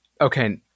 Okay